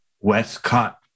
Westcott